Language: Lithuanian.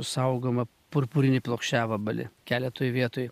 saugomą purpurinį plokščiavabalį keletoj vietų